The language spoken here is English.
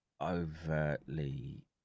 overtly –